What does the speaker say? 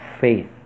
faith